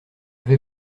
vais